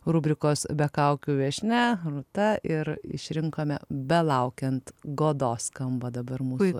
rubrikos be kaukių viešnia rūta ir išrinkome belaukiant godos skamba dabar mūsų